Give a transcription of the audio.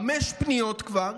חמש פניות היו כבר,